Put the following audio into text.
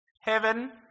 Heaven